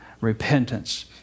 repentance